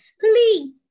Please